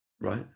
right